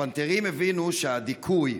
הפנתרים הבינו שהדיכוי,